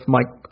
Mike